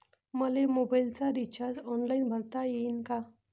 मले मोबाईलच recharge online करता येईन का?